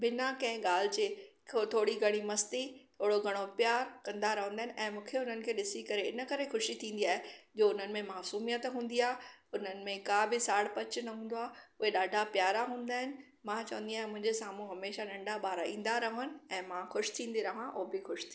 बिना कंहिं ॻाल्हि जे थोरी घणी मस्ती थोरो घणो प्यारु कंदा रहंदा आहिनि ऐं मूंखे उन्हनि खें ॾिसी करे इनकरे ख़ुशी थींदी आहे जो उन्हनि में मासुमियत हूंदी आहे उन्हनि में का बि साड़पचु न हूंदो आहे उहे ॾाढा प्यारा हूंदा आहिनि मां चवंदी आहियां मुंहिंजे साम्हूं हमेशह नंढा ॿारु ईंदा रहनि ऐं मां ख़ुशि थींदी रहां ऐं उहे बि ख़ुशि थियनि